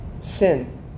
Sin